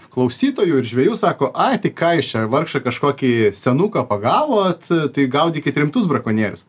klausytojų ir žvejų sako ai tai ką jūs čia vargšą kažkokį senuką pagavot tai gaudykit rimtus brakonierius